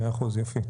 100%, יופי.